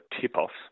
tip-offs